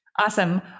Awesome